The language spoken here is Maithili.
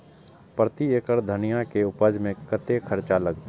प्रति एकड़ धनिया के उपज में कतेक खर्चा लगते?